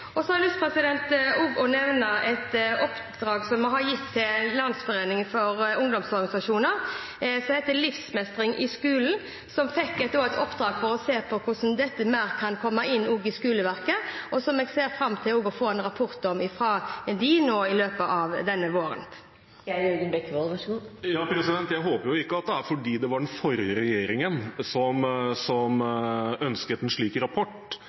strategien. Så har jeg lyst til å nevne et oppdrag som vi har gitt til Landsrådet for Norges barne- og ungdomsorganisasjoner, som heter Livsmestring i skolen. De fikk et oppdrag om å se på hvordan dette kan komme inn mer i skoleverket. Jeg ser fram til å få en rapport om dette fra dem i løpet av våren. Jeg håper jo ikke at det er fordi det var den forrige regjeringen som ønsket en slik rapport,